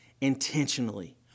intentionally